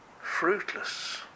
fruitless